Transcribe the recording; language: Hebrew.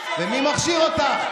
למה, ומי מכשיר אותך?